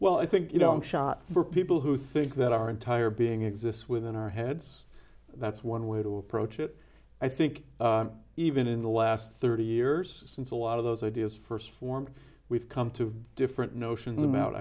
well i think you know i'm shot for people who think that our entire being exists within our heads that's one way to approach it i think even in the last thirty years since a lot of those ideas first formed we've come to different notions about